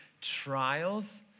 trials